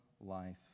life